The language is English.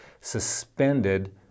suspended